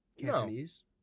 Cantonese